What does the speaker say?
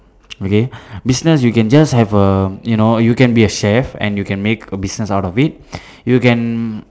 okay business you can just have a you know you can be a chef and you can make a business out of it you can